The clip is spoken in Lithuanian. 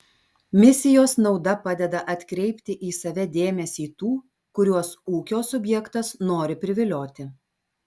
misijos nauda padeda atkreipti į save dėmesį tų kuriuos ūkio subjektas nori privilioti